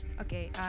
Okay